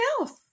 else